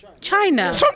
China